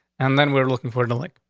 and then we're looking for the link.